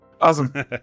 Awesome